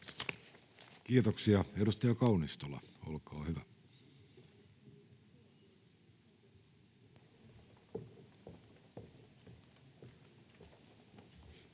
Kiitoksia. — Edustaja Kaunistola, olkaa hyvä.